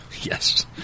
Yes